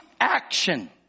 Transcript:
Action